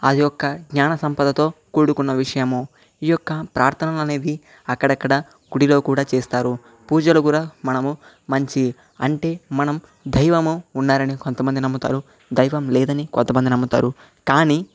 అది ఒక్క జ్ఞాన సంపదతో కూడుకున్న విషయము ఈ యొక్క ప్రార్థన అనేది అక్కడక్కడ గుడిలో కూడా చేస్తారు పూజలు కూడా మనము మంచి అంటే మనం దైవము ఉన్నారని కొంతమంది నమ్ముతారు దైవం లేదని కొంత మంది నమ్ముతారు కానీ